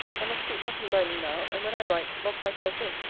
i must keep nothing by me now and when i write, lock myself in,